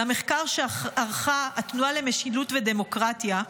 למחקר שערכה התנועה למשילות ודמוקרטיה,